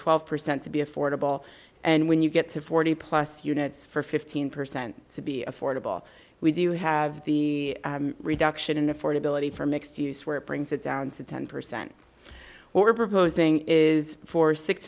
twelve percent to be affordable and when you get to forty plus units for fifteen percent to be affordable we do have the reduction in affordability for mixed use where it brings it down to ten percent we're proposing is for six